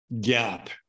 gap